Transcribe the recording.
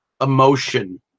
emotion